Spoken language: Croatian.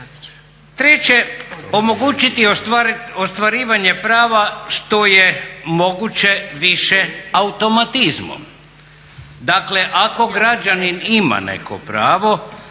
Treće, omogućiti ostvarivanje prava što je moguće više automatizmom. Dakle, ako građanin ima neko pravo